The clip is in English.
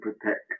protect